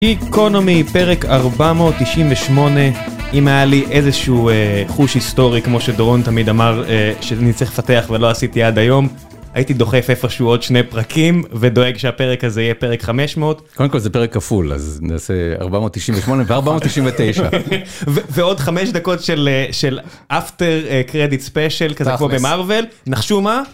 איקונומי פרק 498 אם היה לי איזה שהוא חוש היסטורי כמו שדרון תמיד אמר שאני צריך לפתח ולא עשיתי עד היום. הייתי דוחף איפשהו עוד שני פרקים ודואג שהפרק הזה יהיה פרק 500. קודם כל זה פרק כפול אז נעשה 498 ו-499 ועוד חמש דקות של אפטר קרדיט ספיישל כזה כמו במרוויל נחשו מה.